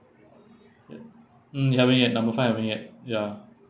uh mm having uh number five only eh ya